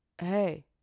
hey